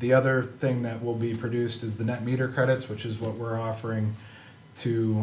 the other thing that will be produced is the net meter credits which is what we're offering to